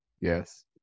Yes